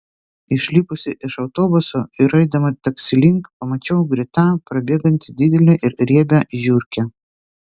išlipusi iš autobuso ir eidama taksi link pamačiau greta prabėgant didelę ir riebią žiurkę